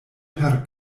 per